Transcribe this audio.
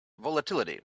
volatility